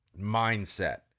mindset